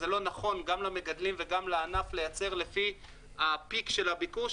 זה לא נכון גם למגדלים וגם לענף לייצר לפי הפיק של הביקוש,